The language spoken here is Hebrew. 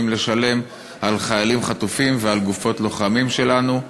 לשלם על חיילים חטופים ועל גופות לוחמים שלנו.